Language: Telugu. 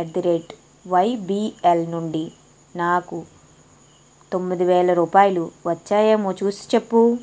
అట్ ది రేట్ వైబిఎల్ నుండి నాకు తొమ్మిదివేల రూపాయలు వచ్చాయేమో చూసిచెప్పు